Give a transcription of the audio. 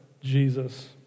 Jesus